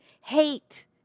Hate